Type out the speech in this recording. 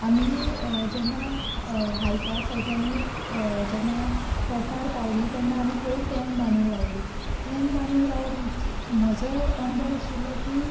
आमी जेन्ना हायकार सारके आमी जेन्ना टोंकार पावलीं तेन्ना आमी थंय टेन्ट बांदून रावलीं टेन्ट बांदून रावप म्हणजे म्हजो अणभव आशिल्लो की